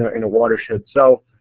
ah in a watershed south